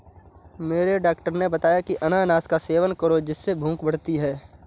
मेरे डॉक्टर ने बताया की अनानास का सेवन करो जिससे भूख बढ़ती है